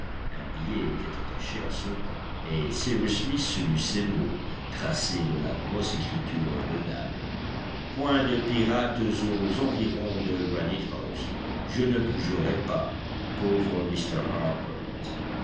un billet était attaché à son cou et cyrus smith lut ces mots tracés de la grosse écriture de nab point de pirates aux environs de granite house je ne bougerai pas pauvre m harbert